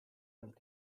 dal